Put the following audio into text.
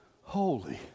holy